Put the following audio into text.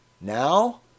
Now